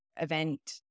event